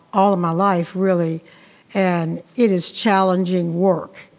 all of my life really and it is challenging work.